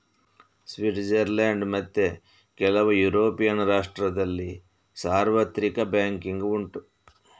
Switzerland ಮತ್ತೆ ಕೆಲವು European ರಾಷ್ಟ್ರದಲ್ಲಿ ಸಾರ್ವತ್ರಿಕ ಬ್ಯಾಂಕಿಂಗ್ ಉಂಟು